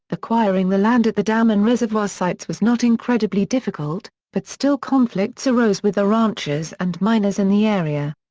acquiring the land at the dam and reservoir sites was not incredibly difficult, but still conflicts arose with the ranchers and miners in the area.